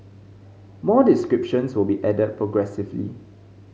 more descriptions will be added progressively